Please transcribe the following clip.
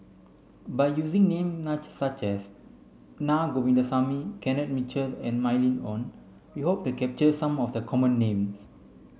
by using name such as Na Govindasamy Kenneth Mitchell and Mylene Ong we hope to capture some of the common names